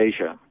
Asia